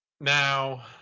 Now